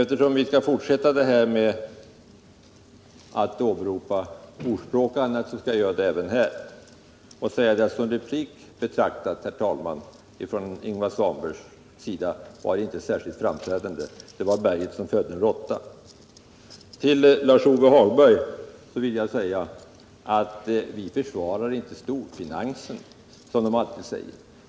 För att fortsätta med ordspråken, så vill jag säga att som replik betraktat var Ingvar Svanbergs inlägg inte särskilt lyckat — det var berget som födde en råtta. Till Lars-Ove Hagberg vill jag säga att vi försvarar inte storfinansen, som det alltid sägs.